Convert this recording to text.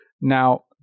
Now